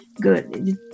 good